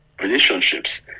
relationships